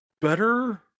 better